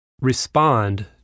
Respond